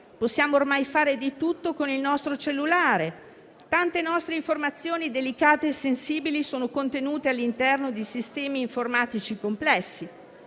Possiamo ormai fare di tutto con il nostro cellulare, tante nostre informazioni delicate e sensibili sono contenute all'interno di sistemi informatici complessi,